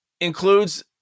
includes